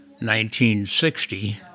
1960